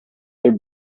their